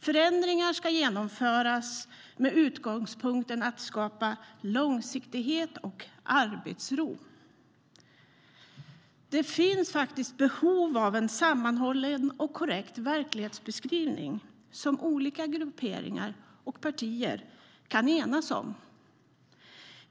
Förändringar ska genomföras med utgångspunkten att skapa långsiktighet och arbetsro. Det finns behov av en sammanhållen och korrekt verklighetsbeskrivning som olika grupperingar och partier kan enas om.